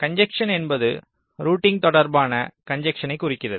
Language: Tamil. கன்ஜஸ்ஸென் என்பது ரூட்டிங் தொடர்பான கன்ஜஸ்ஸென்னை குறிக்கிறது